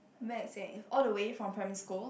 maths eh all the way from primary school